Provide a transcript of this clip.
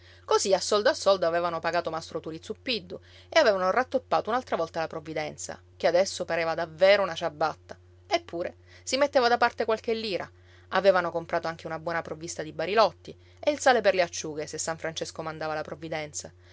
così a soldo a soldo avevano pagato mastro turi zuppiddu e avevano rattoppato un'altra volta la provvidenza che adesso pareva davvero una ciabatta eppure si metteva da parte qualche lira avevano comprato anche una buona provvista di barilotti e il sale per le acciughe se san francesco mandava la provvidenza